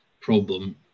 problem